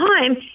time